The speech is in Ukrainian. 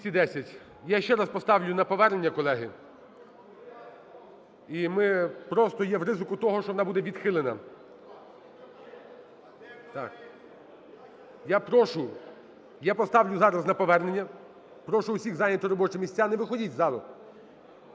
Я ще раз поставлю на повернення, колеги. І ми просто є в ризику того, що вона буде відхилена. Так. Я прошу, я поставлю зараз на повернення, прошу усіх зайняти робочі місця, не виходіть із залу.